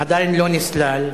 עדיין לא נסלל.